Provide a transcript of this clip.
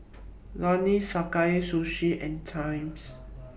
Lenas Sakae Sushi and Times